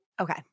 Okay